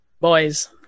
Boys